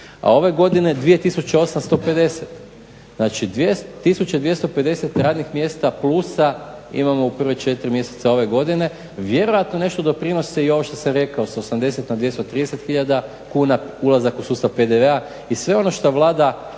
se ne razumije./… radnih mjesta plusa imamo u prva četiri mjeseca ove godine. Vjerojatno nešto doprinose i ovo što sam rekao sa 80 na 230 hiljada kuna ulazak u sustav PDV-a i sve ono što Vlada